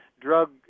drug